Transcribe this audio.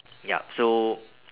yup so